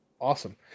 awesome